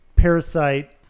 Parasite